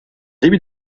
début